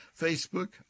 Facebook